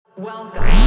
Welcome